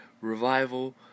revival